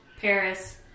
Paris